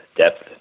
depth